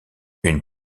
une